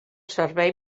servei